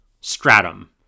stratum